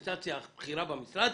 הבכיר במשרד,